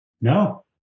No